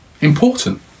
important